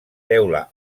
teula